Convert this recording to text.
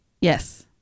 Yes